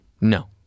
No